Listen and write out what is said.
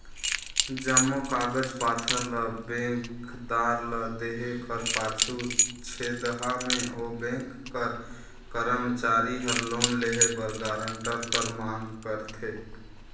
जम्मो कागज पाथर ल बेंकदार ल देहे कर पाछू छेदहा में ओ बेंक कर करमचारी हर लोन लेहे बर गारंटर कर मांग करथे